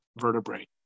vertebrae